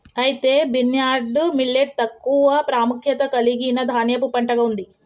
అయితే barnyard millet తక్కువ ప్రాముఖ్యత కలిగిన ధాన్యపు పంటగా ఉంది